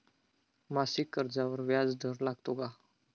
मासिक कर्जावर व्याज दर लागतो का?